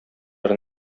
бер